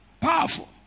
Powerful